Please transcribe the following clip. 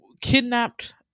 kidnapped